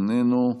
איננו.